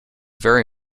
very